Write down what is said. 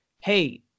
hey